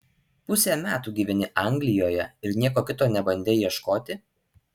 pusę metų gyveni anglijoje ir nieko kito nebandei ieškoti